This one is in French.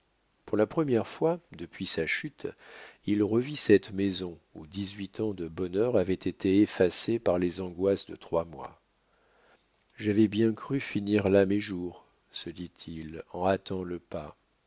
pour la première fois depuis sa chute il revit cette maison où dix-huit ans de bonheur avaient été effacés par les angoisses de trois mois j'avais bien cru finir là mes jours se dit-il en hâtant le pas